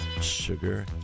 Sugar